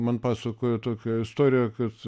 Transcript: man pasakojo tokią istoriją kad